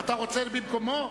אתה רוצה במקומו?